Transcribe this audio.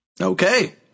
okay